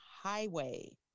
highway